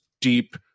deep